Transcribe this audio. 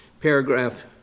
Paragraph